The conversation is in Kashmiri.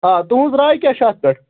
آ تُہُنٛز راے کیٛاہ چھِ اَتھ پٮ۪ٹھ